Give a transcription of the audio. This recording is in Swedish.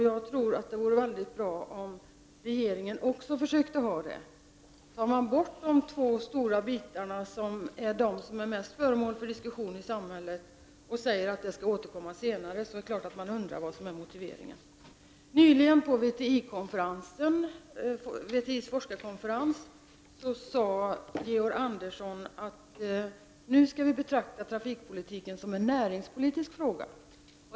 Jag tror att det vore bra om regeringen också försökte ha det. Men om man tar bort de två stora delarna, som oftast är föremål för diskussion i samhället, och säger att man återkommer till dessa senare, börjar folk undra vad som är motiveringen. Kommunikationsminister Georg Andersson sade nyligen vid en VTI-forskarkonferens att vi nu skall betrakta trafikpolitik som en näringspolitisk fråga.